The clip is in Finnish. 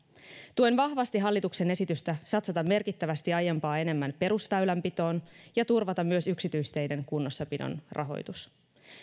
tuen vahvasti hallituksen esitystä satsata merkittävästi aiempaa enemmän perusväylänpitoon ja turvata myös yksityisteiden kunnossapidon rahoitus